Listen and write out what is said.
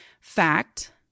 Fact